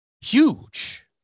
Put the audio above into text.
huge